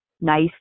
nice